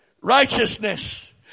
righteousness